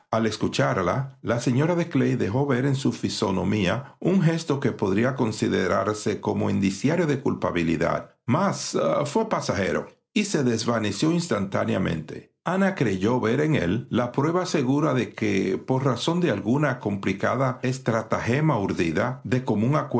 al escucharla la señora de clay dejó ver en su fisonomía un gesto que podría considerarse como indiciario de culpabilidad mas fué pasajero y se desvaneció instantáneamente ana creyó ver en él la prueba segura de que por razón de alguna complicada estratagema urdida de común